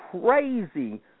crazy